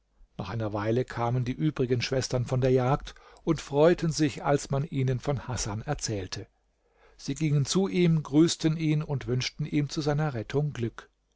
nach einer weile kamen die übrigen schwestern von der jagd und freuten sich als man ihnen von hasan erzählte sie gingen zu ihm grüßten ihn und wünschten ihm zu seiner rettung glück